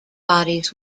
bodies